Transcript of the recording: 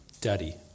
Daddy